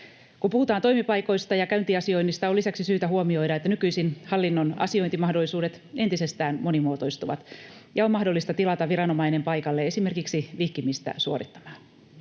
Kun puhutaan toimipaikoista ja käyntiasioinnista, on lisäksi syytä huomioida, että nykyisin hallinnon asiointimahdollisuudet entisestään monimuotoistuvat ja on mahdollista tilata viranomainen paikalle esimerkiksi vihkimistä suorittamaan.